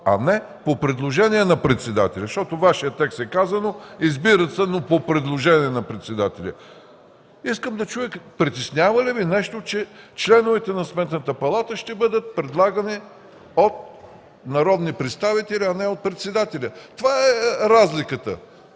а не по предложение на председателя. Във Вашия текст е казано: избира се, но по предложение на председателя. Искам да чуя притеснява ли Ви нещо, че членовете на Сметната палата ще бъдат предлагани от народни представители, а не от председателя – това е разликата.